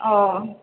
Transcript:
ও